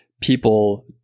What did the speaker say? people